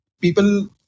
people